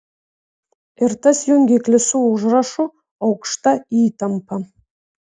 ir tas jungiklis su užrašu aukšta įtampa